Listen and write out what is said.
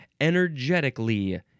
Energetically